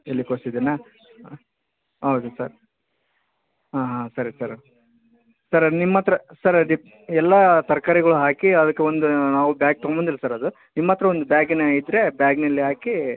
ಎಲೆಕೋಸ್ ಇದೆಯಾ ಆಂ ಹೌದಾ ಸರ್ ಹಾಂ ಹಾಂ ಸರಿ ಸರ್ ಸರ್ ಅದು ನಿಮ್ಮ ಹತ್ತಿರ ಸರ್ ಅದು ಎಲ್ಲ ತರ್ಕಾರಿಗಳು ಹಾಕಿ ಅದಕ್ಕೆ ಒಂದು ನಾವು ಬ್ಯಾಗ್ ತೊಗೊಬಂದಿಲ್ಲ ಸರ್ ಅದು ನಿಮ್ಮ ಹತ್ತಿರ ಒಂದು ಬ್ಯಾಗ್ ಏನೋ ಇದ್ದರೆ ಬ್ಯಾಗ್ನಲ್ಲಿ ಹಾಕಿ